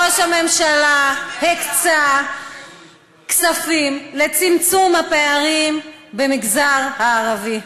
ראש הממשלה הקצה כספים לצמצום הפערים במגזר הערבי.